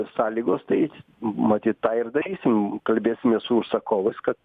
sąlygos tai matyt tą ir darysim kalbėsimės su užsakovais kad